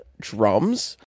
Drums